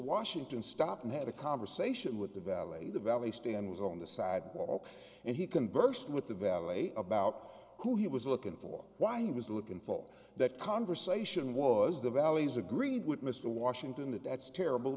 washington stop and had a conversation with the valet the valet stand was on the sidewalk and he conversed with the valet about who he was looking for why he was looking for that conversation was the valley's agreed with mr washington that that's terrible